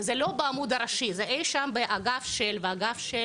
וזה לא בעמוד בראשי זה אי שם באגף של אגף של